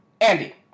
Andy